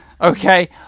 okay